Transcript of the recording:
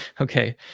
Okay